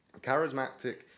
Charismatic